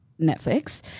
Netflix